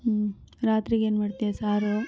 ಹ್ಞೂ ರಾತ್ರಿಗೇನು ಮಾಡ್ತೀಯ ಸಾರು